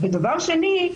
ודבר שני,